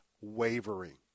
wavering